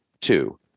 Two